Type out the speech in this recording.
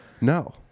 no